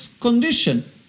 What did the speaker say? condition